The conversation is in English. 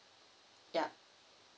yup